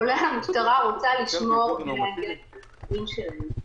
כולל המשטרה, רוצה לשמור ולהגן על החיים שלהם.